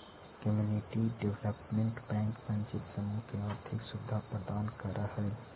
community development bank वंचित समूह के आर्थिक सुविधा प्रदान करऽ हइ